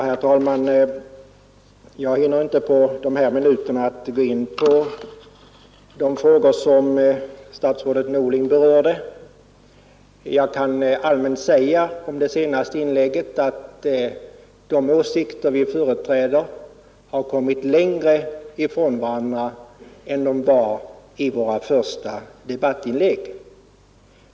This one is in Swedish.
Herr talman! Jag hinner inte under de här minuterna gå in på de frågor som statsrådet Norling berörde. Jag kan allmänt säga om det senaste inlägget att de åsikter vi företräder har kommit längre ifrån varandra än de var i våra första debattinlägg.